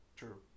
true